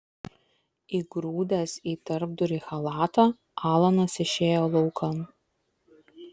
įgrūdęs į tarpdurį chalatą alanas išėjo laukan